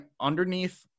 underneath